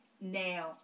now